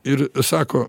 ir sako